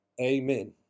Amen